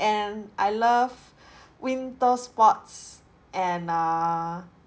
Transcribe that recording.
and I love winter sports and err